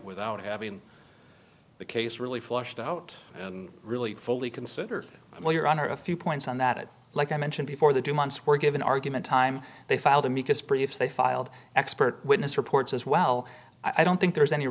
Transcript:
without having the case really flushed out really fully consider well your honor a few points on that it like i mentioned before the two months were given argument time they filed amicus briefs they filed expert witness reports as well i don't think there's any